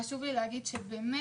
חשוב לי לומר שבאמת-באמת